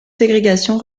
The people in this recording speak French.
ségrégation